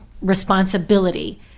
responsibility